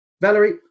Valerie